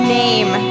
name